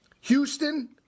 Houston